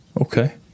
Okay